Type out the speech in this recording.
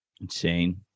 Insane